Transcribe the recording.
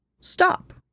stop